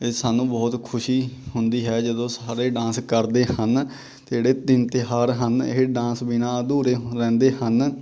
ਇਹ ਸਾਨੂੰ ਬਹੁਤ ਖੁਸ਼ੀ ਹੁੰਦੀ ਹੈ ਜਦੋਂ ਸਾਰੇ ਡਾਂਸ ਕਰਦੇ ਹਨ ਜਿਹੜੇ ਦਿਨ ਤਿਉਹਾਰ ਹਨ ਇਹ ਡਾਂਸ ਬਿਨਾ ਅਧੂਰੇ ਹੁ ਰਹਿੰਦੇ ਹਨ